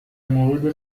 مورد